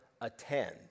attend